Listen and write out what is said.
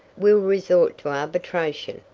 we'll resort to arbitration,